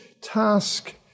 task